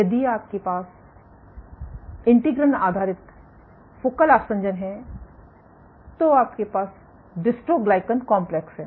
यदि आपके पास इंटीग्रिन आधारित फोकल आसंजन हैं तो आपके पास डिस्ट्रोग्लाइकन कॉम्प्लेक्स है